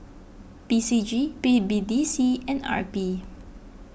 P C G B B D C and R P